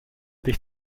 dich